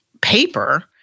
Paper